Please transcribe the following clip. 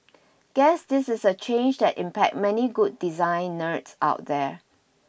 guess this is a change that impacts many good design nerds out there